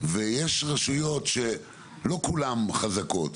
ויש רשויות לא חזקות,